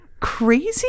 crazy